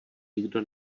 nikdo